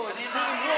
בואו נעבור